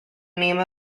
name